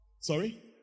Sorry